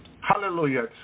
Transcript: Hallelujah